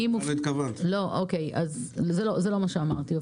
זה לא מה שאמרתי.